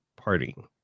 partying